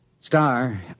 Star